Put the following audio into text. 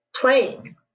playing